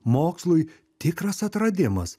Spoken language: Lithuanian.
mokslui tikras atradimas